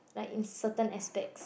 like certain aspect